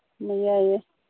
ꯌꯥꯏꯌꯦ